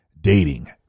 Dating